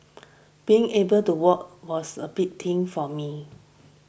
being able to walk was a big thing for me